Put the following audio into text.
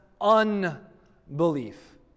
unbelief